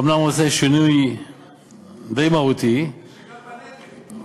אומנם הוא עושה שינוי די מהותי, שוויון בנטל,